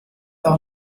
auch